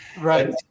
right